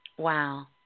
Wow